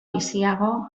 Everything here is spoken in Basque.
biziago